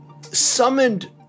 summoned